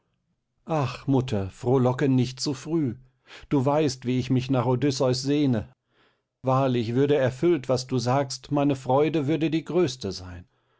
ach mutter frohlocke nicht zu früh du weißt wie ich mich nach odysseus sehne wahrlich würde erfüllt was du sagst meine freude würde die größte sein